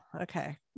Okay